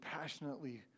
passionately